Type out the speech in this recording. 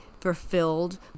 fulfilled